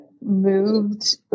moved